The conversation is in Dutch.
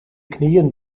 knieën